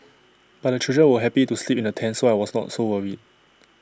but the children were happy to sleep in the tent so I was not so worried